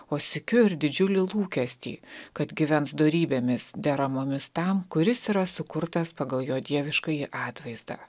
o sykiu ir didžiulį lūkestį kad gyvens dorybėmis deramomis tam kuris yra sukurtas pagal jo dieviškąjį atvaizdą